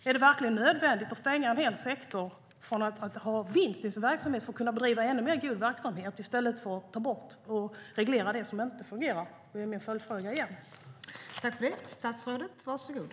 Är det verkligen nödvändigt att stänga en hel sektor från att ha vinst i sin verksamhet för att kunna bedriva ännu mer god verksamhet i stället för att ta bort och reglera det som inte fungerar? Det är min följdfråga.